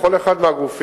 לכל אחד מהגופים